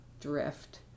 drift